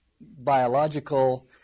biological